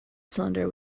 cylinder